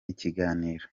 ikiganiro